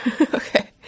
okay